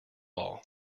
all